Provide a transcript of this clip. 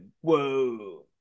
whoa